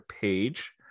page